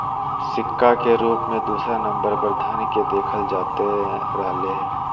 सिक्का के रूप मे दूसरे नम्बर पर धन के देखल जाते रहलय हें